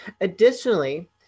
Additionally